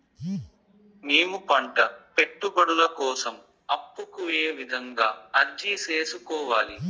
మేము పంట పెట్టుబడుల కోసం అప్పు కు ఏ విధంగా అర్జీ సేసుకోవాలి?